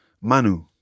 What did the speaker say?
Manu